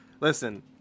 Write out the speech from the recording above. listen